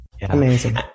Amazing